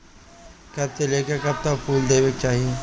कब से लेके कब तक फुल देवे के चाही?